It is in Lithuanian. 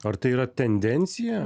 ar tai yra tendencija